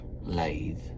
lathe